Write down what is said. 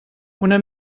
una